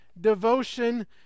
devotion